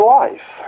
life